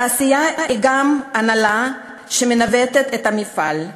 תעשייה היא גם ההנהלה, שמנווטת את המפעל,